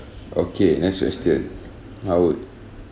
okay next question how would